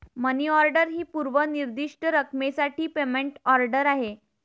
मनी order ही पूर्व निर्दिष्ट रकमेसाठी पेमेंट ऑर्डर आहे